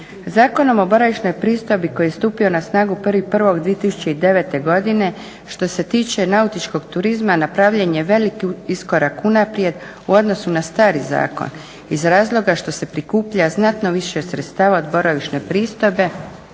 Zakonom o boravišnoj pristojbi koji je stupio na snagu 1.1.2009. godine što se tiče nautičkog turizma napravljen je veliki iskorak unaprijed u odnosu na stari zakon iz razloga što se prikuplja znatno više sredstava od boravišne pristojbe